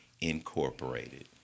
Incorporated